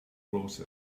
process